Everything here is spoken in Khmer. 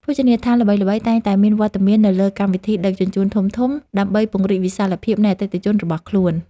ភោជនីយដ្ឋានល្បីៗតែងតែមានវត្តមាននៅលើកម្មវិធីដឹកជញ្ជូនធំៗដើម្បីពង្រីកវិសាលភាពនៃអតិថិជនរបស់ខ្លួន។